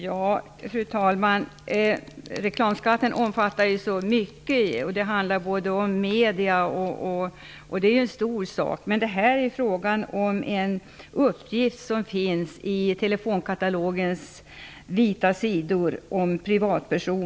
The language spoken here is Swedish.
Fru talman! Frågan om reklamskatten omfattar så mycket. Det handlar bl.a. om medier, och det är en stor sak. Men här gäller det en uppgift om privatpersoner som finns i telefonkatalogens vita sidor.